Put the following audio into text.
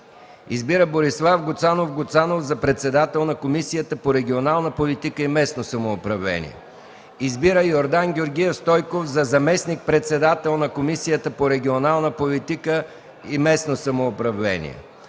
Избира Борислав Гуцанов Гуцанов за председател на Комисията по регионална политика и местно самоуправление. 2. Избира Йордан Георгиев Стойков за заместник-председател на Комисията по регионална политика и местно самоуправление.